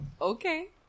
okay